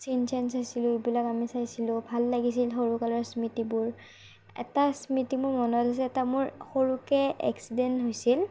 চিন চেন চাইছিলো এইবিলাক আমি চাইছিলো ভাল লাগিছিল সৰু কালৰ স্মৃতিবোৰ এটা স্মৃতি মোৰ মনত আছে এটা মোৰ সৰুকৈ এক্সিডেণ্ট হৈছিল